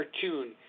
cartoon